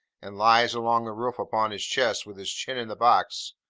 and lies along the roof upon his chest, with his chin in the box,